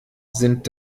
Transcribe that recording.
sind